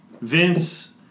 Vince